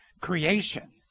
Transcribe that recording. creation